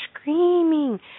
screaming